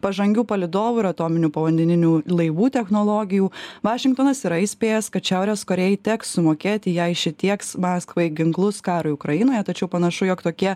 pažangių palydovų ir atominių povandeninių laivų technologijų vašingtonas yra įspėjęs kad šiaurės korėjai teks sumokėti jei ši tieks maskvai ginklus karui ukrainoje tačiau panašu jog tokie